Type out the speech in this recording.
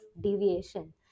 deviation